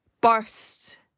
burst